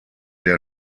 der